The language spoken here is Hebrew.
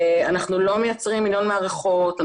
אנחנו לא מייצרים מיליון מערכות,